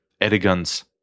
elegance